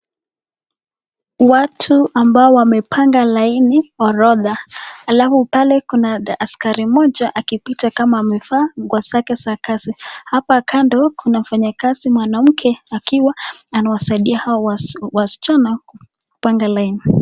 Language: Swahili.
Watu ambao wamepanga laini, orodha, alafu pale kuna askari mmoja akipita kama amevaa nguo zake za kazi. Hapa kando kuna mfanyakazi mwanamke akiwa anawasaidia hao wasichana kupanga line .